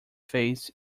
face